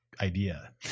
idea